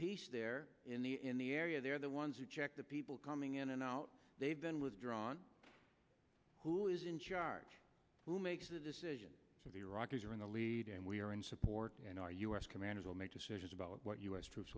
peace there in the in the area they're the ones who checked the people coming in and out they've been withdrawn who is in charge who makes the decision to the iraqis or in the lead and we are in support and are u s commanders will make decisions about what u s troops